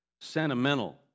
sentimental